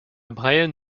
brian